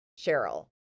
Cheryl